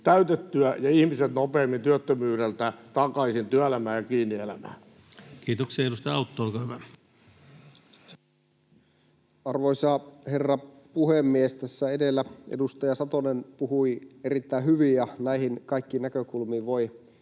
täytettyä ja ihmiset nopeammin työttömyydeltä takaisin työelämään ja kiinni elämään. Kiitoksia. — Edustaja Autto, olkaa hyvä. Arvoisa herra puhemies! Tässä edellä edustaja Satonen puhui erittäin hyvin, ja näihin kaikkiin näkökulmiin voi